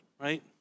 Right